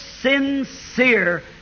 sincere